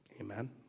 Amen